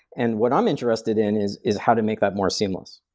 and what i'm interested in is is how to make that more seamless.